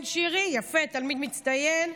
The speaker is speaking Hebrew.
כן, שירי, יפה, תלמיד מצטיין,